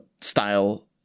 style